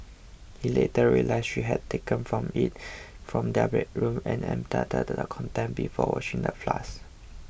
he later realised she had taken from it from their bedroom and emptied the contents before washing the flask